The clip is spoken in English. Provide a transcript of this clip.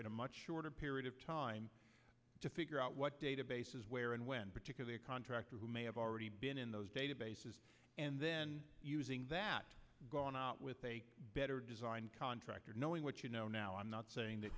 in a much shorter period of time to figure out what databases where and when particular contractor who may have already been in those databases and then using that gone out with a better design contractor knowing what you know now i'm not saying that